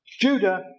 Judah